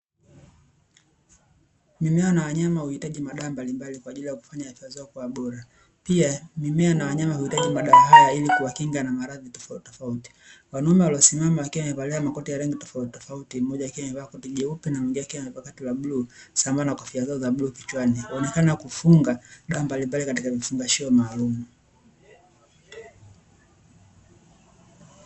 Mimea na wanyama huhitaji madawa mbalimbali kwa ajili ya kufanya afya zao kuwa bora. Pia mimea na wanyama huhitaji madawa haya ili kuwakinga na maradhi tofautitofauti. Wanaume waliosimama wakiwa wamevalia makoti ya rangi tofautitofauti, mmoja akiwa amevaa koti jeupe na mwingine akiwa amevaa koti la bluu sambamba na kofia zao za bluu kichwani, wakionekana kufunga dawa mbalimbli katika vifungashio maalumu.